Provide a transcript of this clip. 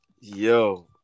Yo